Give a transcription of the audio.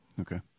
Okay